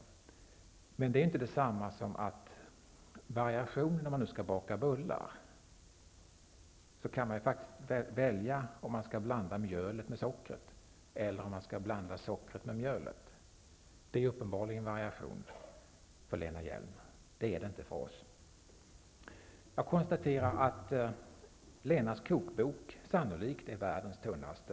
Det är emellertid inte detsamma som att variation när man skall baka bullar består i att välja mellan att antingen blanda mjölet med sockret eller sockret med mjölet. För Lena Hjelm-Wallén är detta uppenbarligen variation. Det är det inte är för oss. Jag konstaterar att Lena Hjelm-Walléns kokbok sannolikt är världens tunnaste.